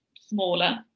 smaller